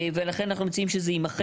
ולכן, אנחנו מציעים שזה יימחק.